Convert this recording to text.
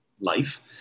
life